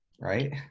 right